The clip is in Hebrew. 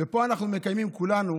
ופה אנחנו מקיימים כולנו